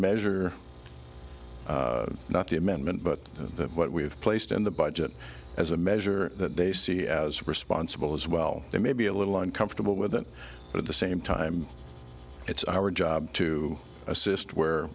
measure not the amendment but that what we have placed in the budget as a measure that they see as responsible as well they may be a little uncomfortable with that but at the same time it's our job to assist where